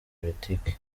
politike